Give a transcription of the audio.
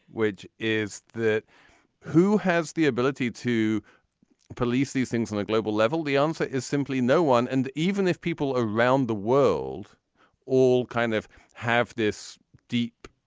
which is that who has the ability to police these things on a global level, the answer answer is simply no one. and even if people around the world all kind of have this deep